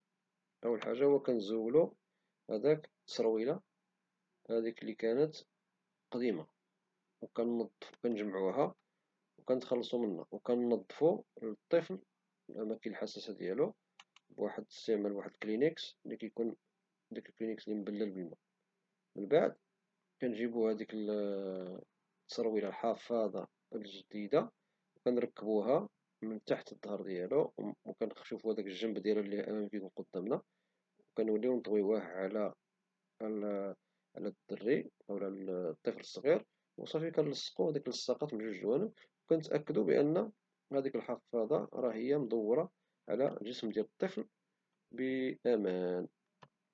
أول حاجة هو كنزولو هداك التصرويلة هديك لي كانت قديمة وكنجمعوها وكنتخلصو منها وكنظفو للطفل الأماكن الحساسة ديالو باستعمال واحد كلينيكس المبلل من بعد كنجيبو هاديك التصرويلة الجديدة وكنركبوها من تحت الظهر ديال الطفل وكنخشيو فيها داك الجنب ديالها لي كيكون قدامنا وكنوليو طويوه على الدري أو الطفل الصغير وصافي كنلصقو دوك اللصقات من جوج جوانب وكنتأدو بأن ديك الحفاظة راها مدورة على الجسم ديال الطفل بأمان.